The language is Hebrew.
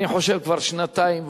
אני חושב כבר שנתיים,